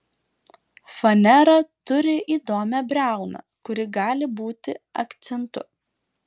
fanera turi įdomią briauną kuri gali būti akcentu